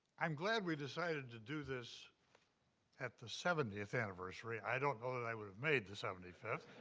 i'm glad we decided to do this at the seventieth anniversary. i don't know that i would've made the seventy fifth.